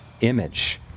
image